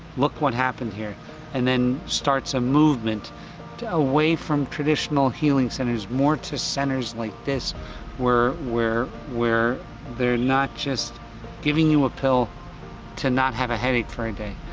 look what happened here and then starts a movement away from traditional healing centers more to centers like this where where where they're not just giving you a pill to not have a headache for a day,